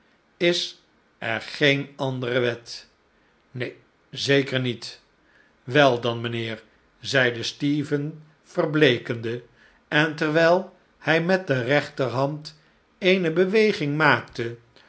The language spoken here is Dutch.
is er geen andere wet neen zeker niet wel dan mijnheer zeide stephen verbleekende en terwijl hij met de rechterhand eene beweging maakte